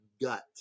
gut